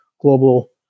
global